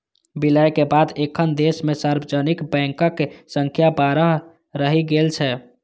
विलय के बाद एखन देश मे सार्वजनिक बैंकक संख्या बारह रहि गेल छै